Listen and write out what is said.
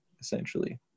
essentially